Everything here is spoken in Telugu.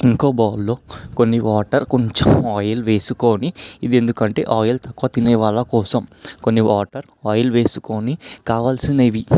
ఇంకో బౌల్లో కొన్ని వాటర్ కొంచెం ఆయిల్ వేసుకొని ఇది ఎందుకంటే ఆయిల్ తక్కువ తినేవాళ్ళ కోసం కొన్ని వాటర్ ఆయిల్ వేసుకొని కావలసినవి